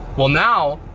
well now,